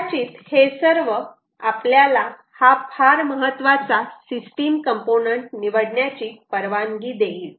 कदाचित हे सर्व आपल्याला हा फार महत्वाचा सिस्टीम कंपोनंट निवडण्याची परवानगी देईल